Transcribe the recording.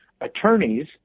attorneys